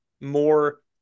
more